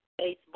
Facebook